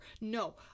No